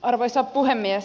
arvoisa puhemies